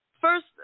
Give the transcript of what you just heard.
first